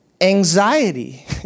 Anxiety